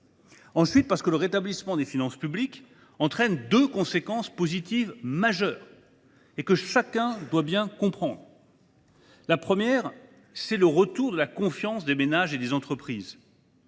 Ensuite, le rétablissement des finances publiques entraîne deux conséquences positives majeures, que chacun doit bien comprendre. La première est le retour de la confiance des ménages et des entreprises,